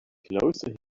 closer